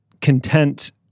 content